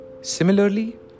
Similarly